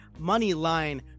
Moneyline